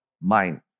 mind